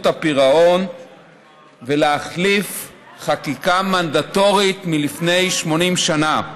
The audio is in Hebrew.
הפירעון ולהחליף חקיקה מנדטורית מלפני 80 שנה.